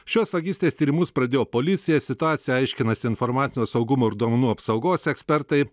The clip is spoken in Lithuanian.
šios vagystės tyrimus pradėjo policija situaciją aiškinasi informacinio saugumo ir duomenų apsaugos ekspertai